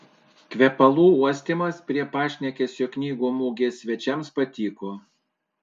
kvepalų uostymas prie pašnekesio knygų mugės svečiams patiko